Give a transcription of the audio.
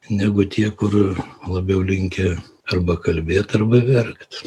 negu tie kur labiau linkę arba kalbėt arba verkt